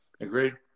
Agreed